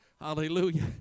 Hallelujah